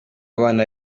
abana